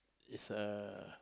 it's a